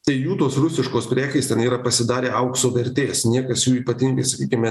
tai jų tos rusiškos prekės ten yra pasidarę aukso vertės niekas jų ypatingai sakykime